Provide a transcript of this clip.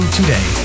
today